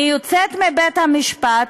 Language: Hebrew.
אני יוצאת מבית-המשפט,